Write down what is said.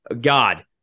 god